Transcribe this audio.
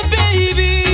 baby